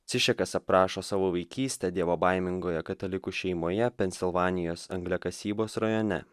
cišekas aprašo savo vaikystę dievobaimingoje katalikų šeimoje pensilvanijos angliakasybos rajone